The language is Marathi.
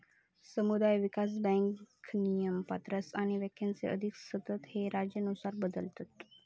समुदाय विकास बँक नियम, पात्रता आणि व्याख्येच्या अधीन असतत जे राज्यानुसार बदलतत